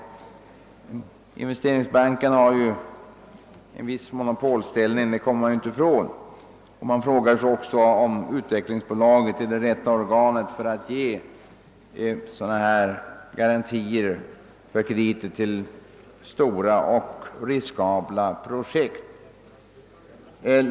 Man kommer ju inte ifrån att Investeringsbanken har en viss monopolställning, och man frågar sig också om utvecklingsbolaget är det rätta organet att ge kreditgarantier för stora och riskabla projekt.